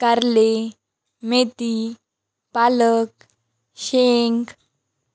कारले मेथी पालक शेंग